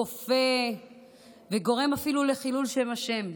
כופה וגורם אפילו לחילול שם השם.